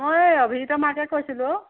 মই অভিজিতৰ মাকে কৈছিলোঁ অ